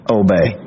obey